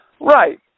Right